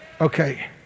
Okay